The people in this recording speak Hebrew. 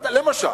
למשל,